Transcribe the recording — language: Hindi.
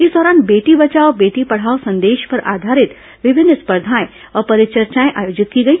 इस दौरान बेटी बचाओ बेटी पढ़ाओ संदेश पर आधारित विभिन्न स्पर्घाएं और परिचर्चा आयोजित की गई